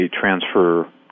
transfer